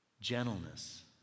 gentleness